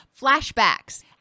flashbacks